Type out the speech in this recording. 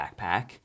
backpack